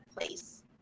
place